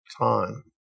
time